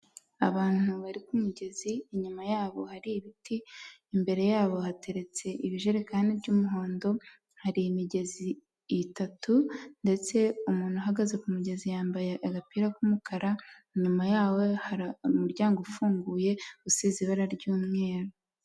Abantu bari ku mugezi, inyuma yabo hari ibiti, imbere yabo hateretse ibijerekani by'umuhondo, hari imigezi itatu ndetse umuntu uhagaze ku mugezi yambaye agapira k'umukara, inyuma yaho hari umuryango ufunguye usize ibara ry'umweru.